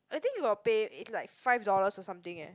I think we got pay it's like five dollar or something eh